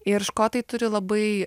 ir škotai turi labai